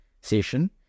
session